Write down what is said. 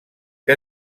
que